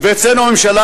ואצלנו בממשלה,